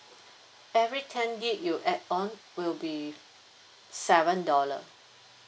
every ten gig you add on will be seven dollar